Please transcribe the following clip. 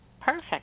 Perfect